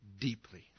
deeply